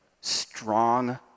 strong